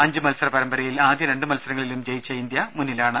അഞ്ചു മൽസര പരമ്പരയിൽ ആദ്യ രണ്ടു മൽസർങ്ങളിലും വിജയിച്ച ഇന്ത്യ മുന്നിലാണ്